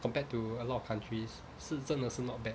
compared to a lot of countries 是真的是 not bad